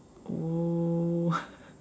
oh